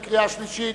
קריאה שלישית.